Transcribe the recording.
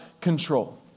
control